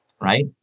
right